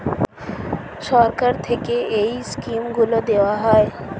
সরকার থেকে এই স্কিমগুলো দেওয়া হয়